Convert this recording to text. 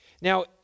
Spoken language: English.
Now